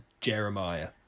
jeremiah